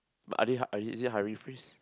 but are they uh is it hurry face